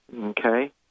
Okay